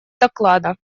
доклада